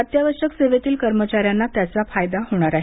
अत्यावश्यक सेवेतील कर्मचाऱ्यांना याचा फायदा होणार आहे